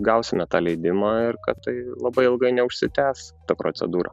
gausime tą leidimą ir kad tai labai ilgai neužsitęs ta procedūra